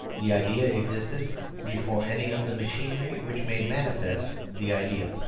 the idea existed before any of the machinery which made manifest the idea.